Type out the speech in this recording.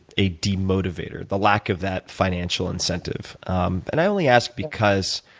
a demotivator, the lack of that financial incentive? and i only ask because